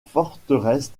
forteresse